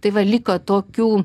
tai va liko tokių